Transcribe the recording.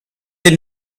they